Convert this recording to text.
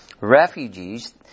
refugees